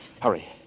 Hurry